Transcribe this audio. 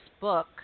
book